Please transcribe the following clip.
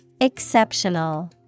Exceptional